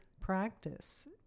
practice